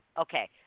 Okay